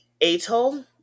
Atoll